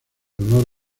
honor